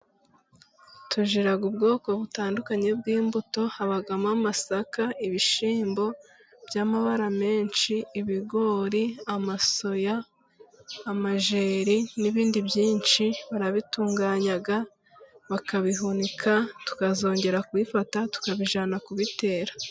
Tugira ubwoko butandukanye bw'imbuto, habamo amasaka, ibishyimbo by'amabara menshi, ibigori, amasoya, amajyeri, n'ibindi byinshi, barabitunganya bakabihunika, tukazongera kubifata tukabijyana kubitera.